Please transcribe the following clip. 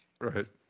Right